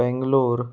Bangalore